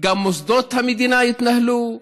גם מוסדות המדינה יתנהלו,